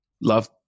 love